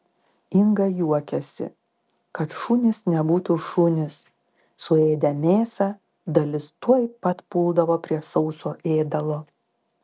inga juokiasi kad šunys nebūtų šunys suėdę mėsą dalis tuoj pat puldavo prie sauso ėdalo